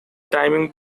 timing